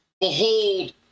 Behold